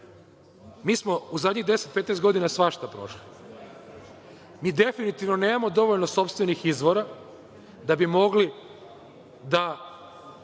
smo u zadnjih 10, 15 godina svašta prošli. Mi definitivno nemamo dovoljno sopstvenih izvora da bi mogli da